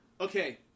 Okay